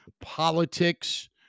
politics